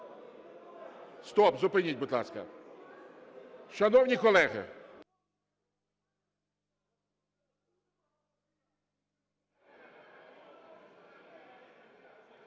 Стоп, зупиніть, будь ласка, шановні колеги!